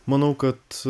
manau kad